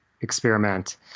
experiment